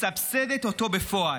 מסבסדת אותו בפועל.